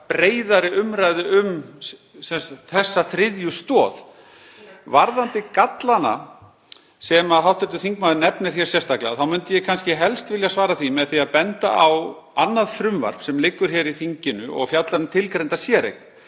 breiðari umræðu um þessa þriðju stoð. Varðandi gallana sem hv. þingmaður nefnir hér sérstaklega þá myndi ég kannski helst vilja svara því með því að benda á annað frumvarp sem liggur hér í þinginu og fjallar um tilgreinda séreign.